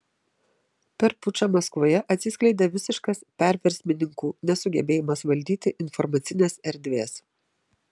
per pučą maskvoje atsiskleidė visiškas perversmininkų nesugebėjimas valdyti informacinės erdvės